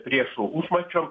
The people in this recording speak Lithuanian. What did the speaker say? priešų užmačiom